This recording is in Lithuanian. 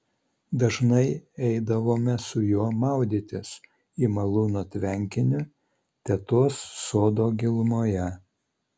dažnai eidavome su juo maudytis į malūno tvenkinį tetos sodo gilumoje